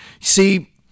See